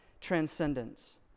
transcendence